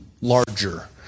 larger